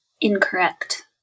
incorrect